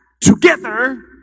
together